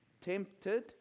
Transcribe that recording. tempted